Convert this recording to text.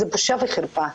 זו בושה וחרפה.